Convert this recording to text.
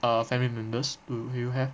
err family members do you have